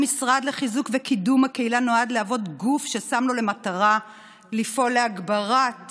המשרד לחיזוק וקידום הקהילה נועד להיות גוף ששם לו למטרה לפעול להגברת